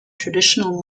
traditional